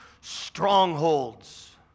strongholds